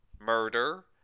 murder